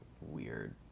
weird